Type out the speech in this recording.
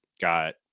got